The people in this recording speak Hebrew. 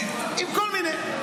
עם כל מיני.